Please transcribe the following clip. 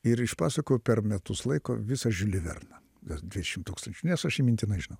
ir išpasakojau per metus laiko visą žiulį verną gal dvidešim tūkstančių nes aš jį mintinai žinau